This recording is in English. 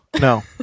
No